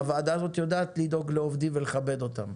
הוועדה הזאת יודעת לדאוג לעובדים ולכבד אותם.